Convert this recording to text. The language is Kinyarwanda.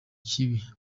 kibi